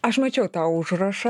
aš mačiau tą užrašą